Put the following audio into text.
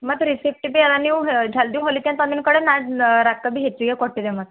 ಮತ್ತು ರಿಸಿಪ್ಟ್ ಬೆ ನೀವು ಜಲ್ದಿ ಹೊಲಿತೆನಿ ರೊಕ್ಕ ಬಿ ಹೆಚ್ಚಿಗೆ ಕೊಟ್ಟಿದೆ ಮತ್ತು